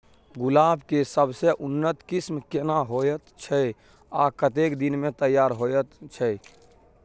गुलाब के सबसे उन्नत किस्म केना होयत छै आ कतेक दिन में तैयार होयत छै?